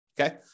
Okay